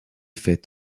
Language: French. fait